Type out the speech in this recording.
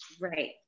right